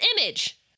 image